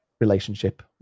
relationship